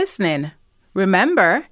Remember